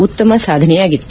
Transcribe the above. ಉತ್ತಮ ಸಾಧನೆಯಾಗಿತ್ತು